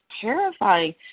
terrifying